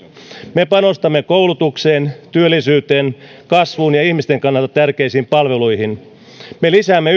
me panostamme koulutukseen työllisyyteen kasvuun ja ihmisten kannalta tärkeisiin palveluihin me lisäämme